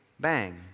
Bang